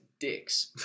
Dicks